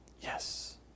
Yes